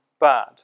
bad